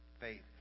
Faith